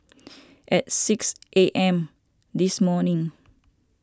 at six A M this morning